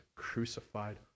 crucified